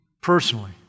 personally